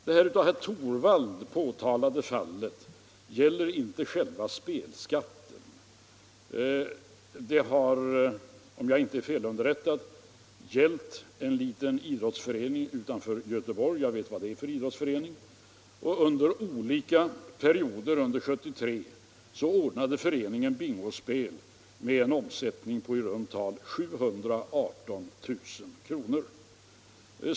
Det av herr Torwald påtalade fallet gäller inte själva spelskatten. Det har, om jag inte är felunderrättad, gällt en liten idrottsförening utanför Göteborg — jag vet vad det är för idrottsförening —- som under olika perioder 1973 ordnade bingospel med en omsättning på i runt tal 718 000 kr.